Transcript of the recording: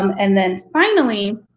um and then finally,